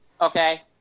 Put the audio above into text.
okay